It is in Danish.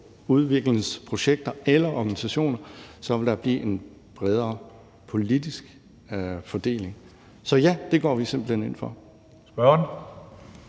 udviklingsprojekter eller organisationer, vil der blive en bredere politisk fordeling. Så ja, det går vi simpelt hen ind for.